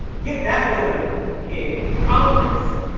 get that woman in congress!